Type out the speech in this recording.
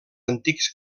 antics